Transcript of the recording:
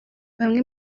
bamwe